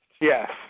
Yes